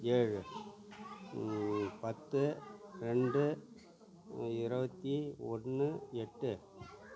ஏழு பத்து ரெண்டு இருபத்தி ஒன்று எட்டு